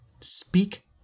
speak